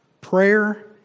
Prayer